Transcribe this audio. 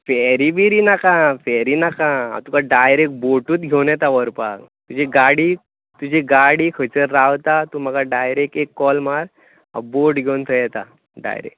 fairy बिरी नाका फॅरी नाका तुका डायरॅक्ट भेटून घेवून येता व्हरपाक तुजी गाडी तुजी गाडी खंयसर रावता तूं डायरॅक्ट एक म्हाका कॉल मार हांव बोट घेवन थंय येता डायरॅक्ट